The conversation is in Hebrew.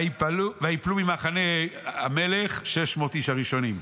ויפלו ממחנה המלך 600 מאות איש" הראשונים.